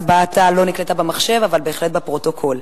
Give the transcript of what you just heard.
הצבעתה לא נקלטה במחשב אבל בהחלט בפרוטוקול.